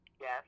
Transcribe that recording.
Yes